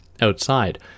outside